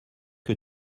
que